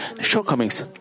shortcomings